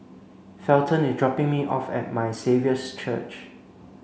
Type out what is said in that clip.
Felton is dropping me off at My Saviour's Church